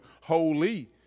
holy